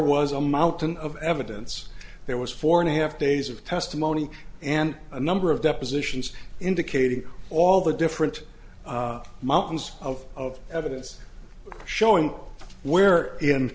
was a mountain of evidence there was four and a half days of testimony and a number of depositions indicating all the different mountains of evidence showing where